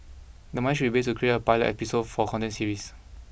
the money should then be used to create a pilot episode for a content series